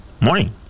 Morning